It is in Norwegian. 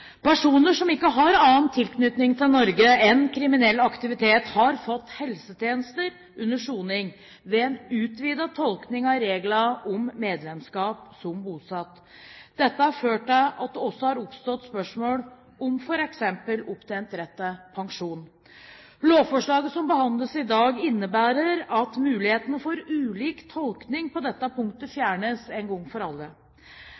Personer som ikke har annen tilknytning til Norge enn kriminell aktivitet, har fått helsetjenester under soning ved en utvidet tolkning av reglene om medlemskap som bosatt. Dette har ført til at det også har oppstått spørsmål om f.eks. opptjent rett til pensjon. Lovforslaget som behandles i dag, innebærer at mulighetene for ulik tolkning på dette punktet fjernes en gang for alle.